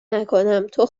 نکنم، تو